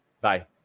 Bye